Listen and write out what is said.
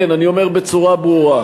כן, אני אומר בצורה ברורה.